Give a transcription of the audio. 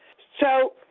so,